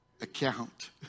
account